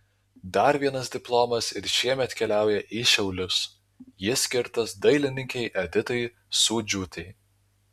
dar vienas diplomas ir šiemet keliauja į šiaulius jis skirtas dailininkei editai sūdžiūtei